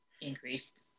increased